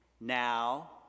Now